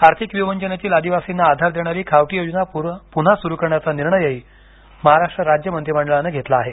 आर्थिक विवंचनेतील आदिवासींना आधार देणारी खावटी योजना पुन्हा सुरु करण्याचा निर्णयही महाराष्ट्र राज्य मंत्रिमंडळानं घेतला आहे